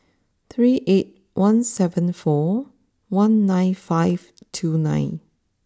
three eight one seven four one nine five two nine